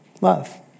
Love